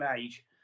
age